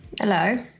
Hello